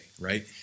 right